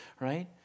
right